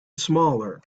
smaller